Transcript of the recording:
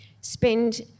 ...spend